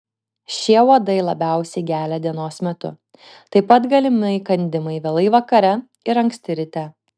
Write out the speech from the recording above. šie uodai labiausiai gelia dienos metu taip pat galimi įkandimai vėlai vakare ir anksti ryte